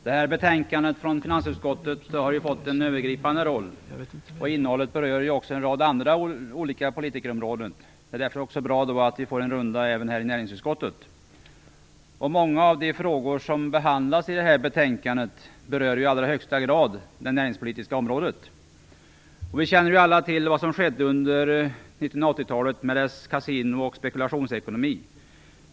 Herr talman! Det här betänkandet från finansutskottet har fått en övergripande roll. Innehållet berör också en rad andra olika politikerområden, därför är det bra att vi får en runda även här i näringsutskottet. Många av de frågor som behandlas i det här betänkandet berör i allra högsta grad det näringspolitiska området. Vi känner alla till vad som skedde under 1980 talet med dess kasino och spekulationsekonomi.